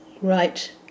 Right